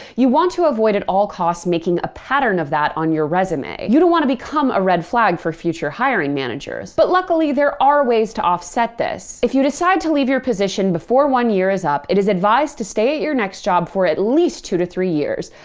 you want to avoid at all costs making a pattern of that on your resume. you don't want to become a red flag for future hiring managers. but luckily, there are ways to offset this. if you decide to leave your position before one year is up, it is advised to stay at your next job for at least two to three years.